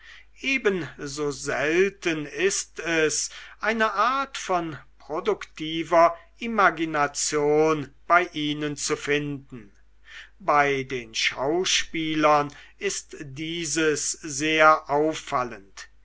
ebenso selten ist es eine art von produktiver imagination bei ihnen zu finden bei den schauspielern ist dieses sehr auffallend